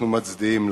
אנחנו מצדיעים לכם.